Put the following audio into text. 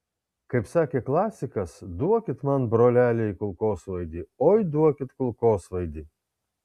kaip sakė klasikas duokit man broleliai kulkosvaidį oi duokit kulkosvaidį